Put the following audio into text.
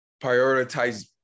prioritize